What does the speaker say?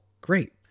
great